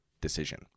decision